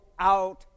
Out